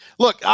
Look